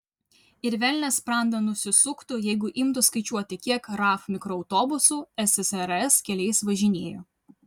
ir velnias sprandą nusisuktų jeigu imtų skaičiuoti kiek raf mikroautobusų ssrs keliais važinėjo